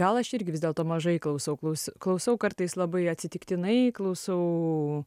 gal aš irgi vis dėlto mažai klausau klaus klausau kartais labai atsitiktinai klausau